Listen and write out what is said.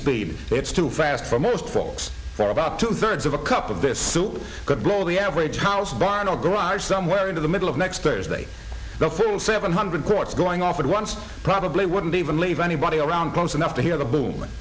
speed it's too fast for most folks for about two thirds of a cup of this to blow the average house barn or garage somewhere into the middle of next thursday the full seven hundred courts going off at once probably wouldn't even leave anybody around close enough to hear the boom